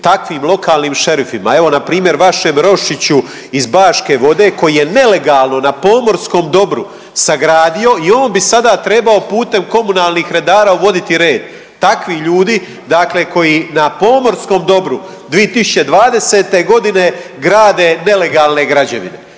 takvim lokalnim šerifima. Evo, npr. vašem Roščiću iz Baške Vode koji je nelegalno na pomorskom dobru sagradio i on bi sada trebao putem komunalnih redara uvoditi red. Takvi ljudi dakle koji na pomorskom dobru 2020. grade nelegalne građevine